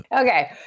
Okay